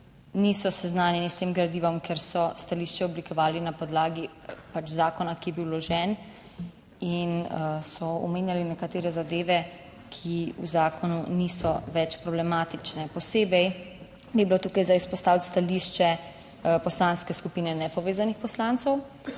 niso seznanjeni s tem gradivom, ker so stališče oblikovali na podlagi zakona, ki je bil vložen, in so omenjali nekatere zadeve, ki v zakonu niso več problematične. Posebej bi bilo tukaj za izpostaviti stališče Poslanske skupine Nepovezanih poslancev,